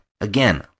Again